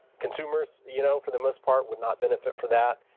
consumers you know for the most part would not benefit for that.